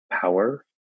power